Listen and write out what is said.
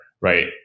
right